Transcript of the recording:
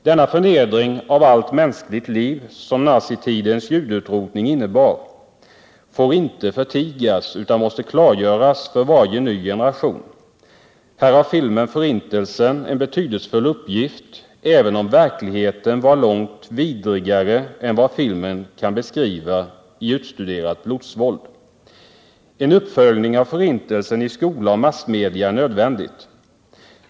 Den förnedring av allt mänskligt liv som nazitidens judeutrotning innebar får inte förtigas utan måste klargöras för varje ny generation. Här har filmen Förintelsen en betydelsefull uppgift, även om verkligheten var långt vidrigare i utstuderat blodsvåld än filmen kan beskriva. En uppföljning av Förintelsen i skola och massmedia är nödvändig.